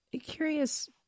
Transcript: Curious